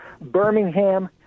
Birmingham